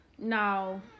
No